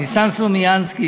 ניסן סלומינסקי,